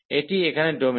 এটি এখানে ডোমেন